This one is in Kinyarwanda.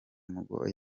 mugabo